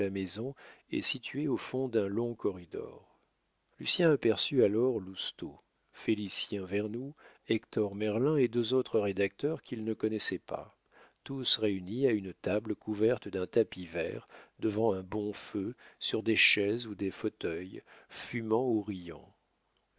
et située au fond d'un long corridor lucien aperçut alors lousteau félicien vernou hector merlin et deux autres rédacteurs qu'il ne connaissait pas tous réunis à une table couverte d'un tapis vert devant un bon feu sur des chaises ou des fauteuils fumant ou riant